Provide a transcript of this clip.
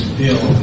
bill